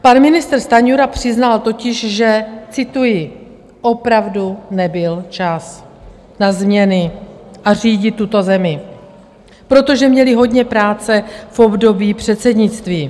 Pan ministr Stanjura přiznal totiž, že, cituji: Opravdu nebyl čas na změny a řídit tuto zemi, protože měli hodně práce v období předsednictví.